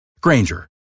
granger